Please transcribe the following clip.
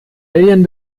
alien